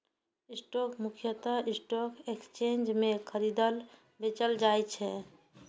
stock मुख्यतः stock exchange मे खरीदल, बेचल जाइ छै